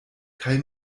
kaj